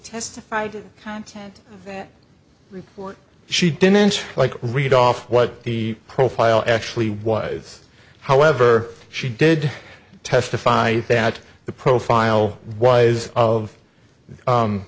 testified to content that report she didn't like read off what the profile actually was however she did testify that the profile was of